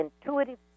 intuitive